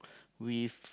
with